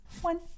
one